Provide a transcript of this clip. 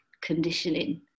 conditioning